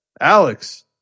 Alex